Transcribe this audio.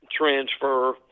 transfer